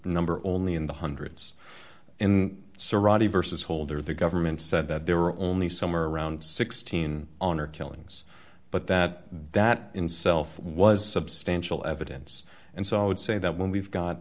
number only in the hundreds and serratia versus holder the government said that there were only somewhere around sixteen honor killings but that that in self was substantial evidence and so i would say that when we've got